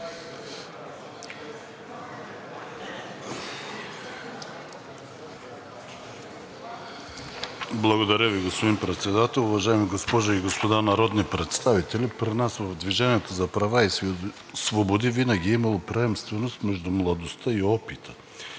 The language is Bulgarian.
Благодаря Ви, господин Председател. Уважаеми госпожи и господа народни представители, при нас в „Движение за права и свободи“ винаги е имало приемственост между младостта и опита